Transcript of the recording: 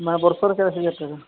ᱢᱟᱱᱮ ᱵᱚᱨᱥᱚ ᱨᱮ ᱪᱟᱞᱤᱥ ᱦᱟᱡᱟᱨ ᱴᱟᱠᱟ